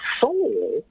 soul